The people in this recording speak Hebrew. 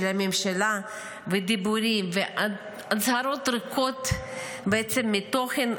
הממשלה ודיבורים והצהרות ריקות מתוכן,